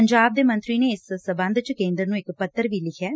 ਪੰਜਾਬ ਦੇ ਮੰਤਰੀ ਨੇ ਇਸ ਸਬੰਧ ਚ ਕੇਂਦਰ ਨੂੰ ਇਕ ਪੱਤਰ ਵੀ ਲਿਖਿਆ ਐ